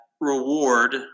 reward